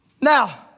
Now